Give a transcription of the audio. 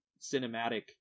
cinematic